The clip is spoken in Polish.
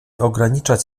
ograniczać